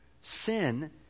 Sin